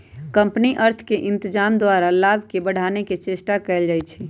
company अर्थ के इत्जाम द्वारा लाभ के बढ़ाने के चेष्टा कयल जाइ छइ